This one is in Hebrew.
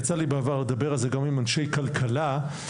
יצא לי בעבר לדבר על זה גם עם אנשי כלכלה באוניברסיטאות.